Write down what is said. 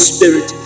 Spirit